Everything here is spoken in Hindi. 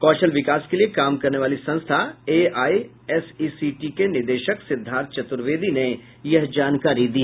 कौशल विकास के लिए काम करने वाली संस्था एआईएसईसीटी के निदेशक सिद्धार्थ चतुर्वेदी ने यह जानकारी दी